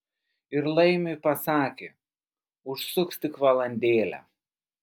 ir laimiui pasakė užsuks tik valandėlę